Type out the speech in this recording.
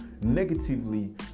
negatively